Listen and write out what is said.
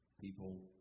People